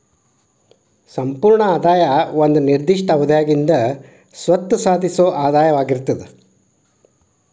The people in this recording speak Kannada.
ಸಂಪೂರ್ಣ ಆದಾಯ ಒಂದ ನಿರ್ದಿಷ್ಟ ಅವಧ್ಯಾಗಿಂದ್ ಸ್ವತ್ತ ಸಾಧಿಸೊ ಆದಾಯವಾಗಿರ್ತದ